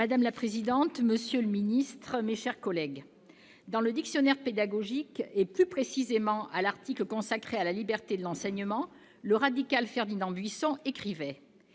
Madame la présidente, monsieur le ministre, mes chers collègues, dans le, plus précisément à l'article consacré à la liberté de l'enseignement, le radical Ferdinand Buisson écrivait :